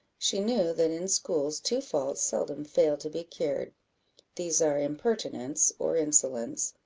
she knew that, in schools, two faults seldom fail to be cured these are impertinence, or insolence,